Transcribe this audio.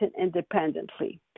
independently